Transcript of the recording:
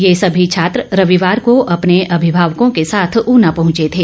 ये सभी छात्र रविवार को अपने अभिभावकों के साथ ऊना पहुंचे थे